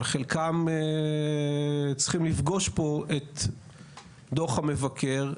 חלקם צריכים לפגוש פה את דו"ח המבקר,